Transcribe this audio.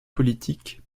politique